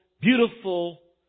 beautiful